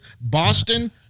Boston